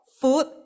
food